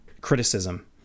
criticism